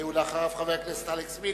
ואחריו, חבר הכנסת אלכס מילר.